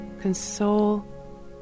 console